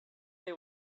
they